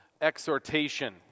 exhortation